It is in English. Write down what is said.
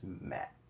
met